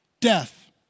Death